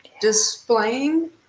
displaying